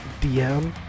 DM